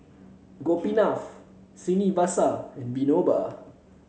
Gopinath Srinivasa and Vinoba